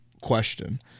question